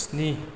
स्नि